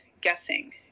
guessing